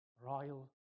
royal